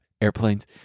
airplanes